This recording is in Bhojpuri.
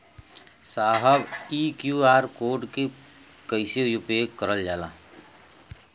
साहब इ क्यू.आर कोड के कइसे उपयोग करल जाला?